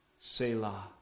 Selah